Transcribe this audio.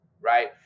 right